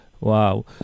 Wow